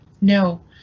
no